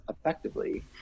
effectively